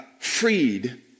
freed